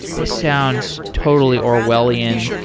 this sounds totally orwellian.